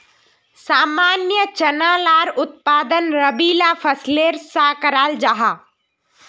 सामान्य चना लार उत्पादन रबी ला फसलेर सा कराल जाहा